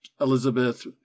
Elizabeth